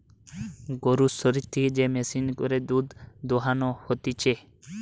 গরুর শরীর থেকে যে মেশিনে করে দুধ দোহানো হতিছে